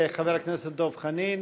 חבר הכנסת דב חנין,